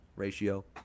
ratio